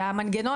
המנגנון,